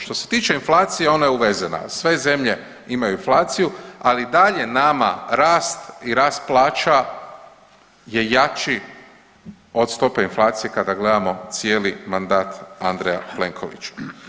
Što se tiče inflacije ona je uvezena, sve zemlje imaju inflaciju, ali dalje nama rast i rast plaća je jači od stope inflacije kada gledamo cijeli mandat Andreja Plenkovića.